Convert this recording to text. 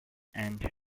and